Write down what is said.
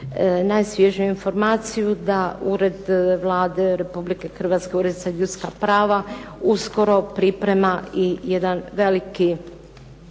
najsvježiju informaciju da Ured Vlade Republike Hrvatske, Ured za ljudska prava uskoro priprema i jedan veliki